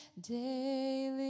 daily